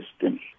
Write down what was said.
system